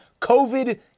COVID